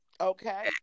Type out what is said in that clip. Okay